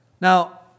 Now